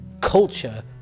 culture